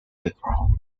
background